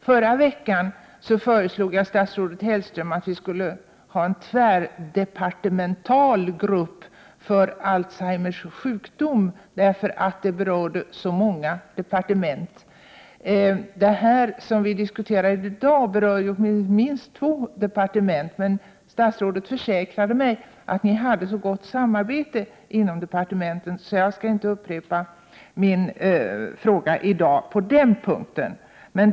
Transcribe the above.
Förra veckan föreslog jag statsrådet Hellström att det skulle tillsättas en tvärdepartemental grupp när det gäller Alzheimers sjukdom, eftersom det problemet berör så många departement. Det som vi diskuterar i dag berör minst två departement, men statsrådet försäkrade mig att ni hade så gott samarbete inom departementen att jag inte skall upprepa min fråga i dag på den punkten.